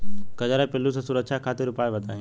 कजरा पिल्लू से सुरक्षा खातिर उपाय बताई?